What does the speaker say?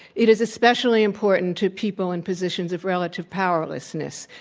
it is especially important to people in positions of relative powerlessness.